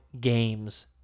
games